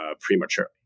prematurely